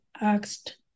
asked